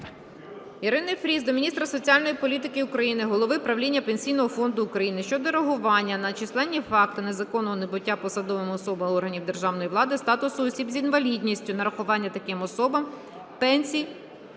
Ірини Фріз до міністра соціальної політики України, Голови правління Пенсійного фонду України щодо реагування на численні факти незаконного набуття посадовими особами органів державної влади статусу осіб з інвалідністю, нарахування таким особам пенсій